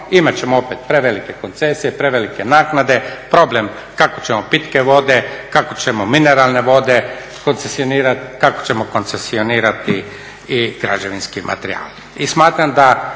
imat ćemo opet prevelike koncesije, prevelike naknade, problem kako ćemo pitke vode, kako ćemo mineralne vode koncesionirati, kako ćemo